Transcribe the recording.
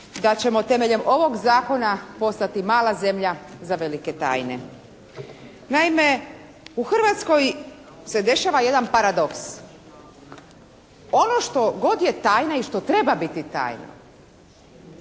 da ćemo temeljem ovog zakona postati mala zemlja za velike tajne. Naime, u Hrvatskoj se dešava jedan paradoks. Ono što god je tajna i što treba biti tajna